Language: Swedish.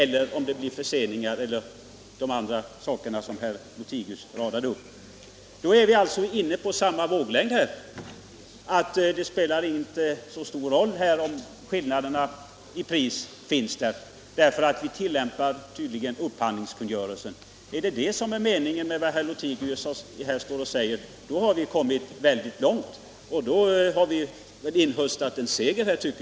Man tillämpar undantagen i upphandlingskungörelsen. Om det är detta som herr Lothigius menar, tycker jag att man har kommit mycket långt. Vi har från socialdemokratiskt håll till viss del inhöstat en seger.